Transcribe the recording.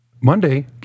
Monday